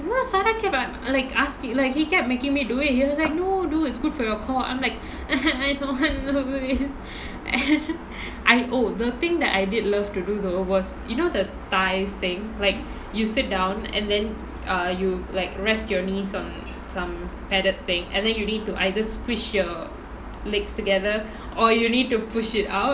you know zarah keep like asking like he kept making me do it he was like no do it's good for your core I'm like I don't want to do this and I oh the thing that I did love to do though was you know the thighs thing like you sit down and then err you like rest your knees on some some padded thing and then you need to either squish your legs together or you need to push it out